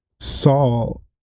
Saul